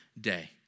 day